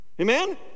Amen